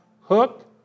hook